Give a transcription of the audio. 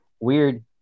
weird